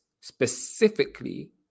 specifically